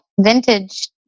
vintage